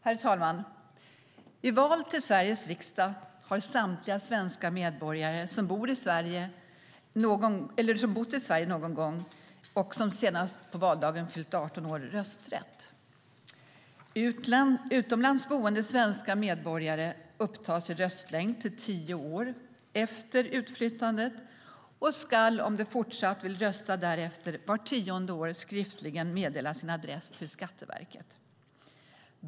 Herr talman! I val till Sveriges riksdag har samtliga svenska medborgare som bor eller någon gång bott i Sverige och senast på valdagen fyller 18 år rösträtt. Utomlands boende svenska medborgare upptas i röstlängd till tio år efter utflyttandet och ska, om de fortsatt vill rösta, därefter vart tionde år skriftligen meddela sin adress till Skatteverket.